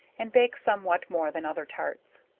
and bake some what more than other tarts.